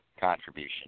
contribution